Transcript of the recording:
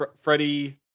Freddie